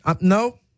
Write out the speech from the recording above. No